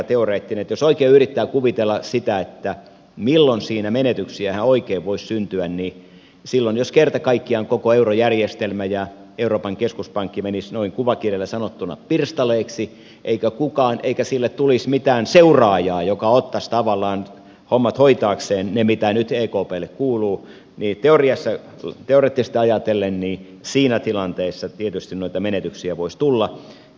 jos oikein yrittää kuvitella sitä milloin siinä menetyksiä ihan oikeasti voisi syntyä niin silloin jos kerta kaikkiaan koko eurojärjestelmä ja euroopan keskuspankki menisivät noin kuvakielellä sanottuna pirstaleiksi eikä niille tulisi mitään seuraajaa joka ottaisi tavallaan hommat hoitaakseen ne mitä nyt ekplle kuuluu niin teoreettisesti ajatellen siinä tilanteessa tietysti noita menetyksiä voisi tulla